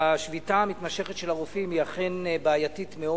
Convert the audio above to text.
השביתה המתמשכת של הרופאים היא אכן בעייתית מאוד,